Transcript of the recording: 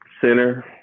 center